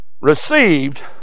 Received